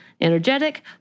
energetic